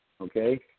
okay